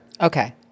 Okay